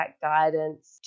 guidance